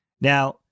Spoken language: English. Now